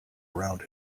around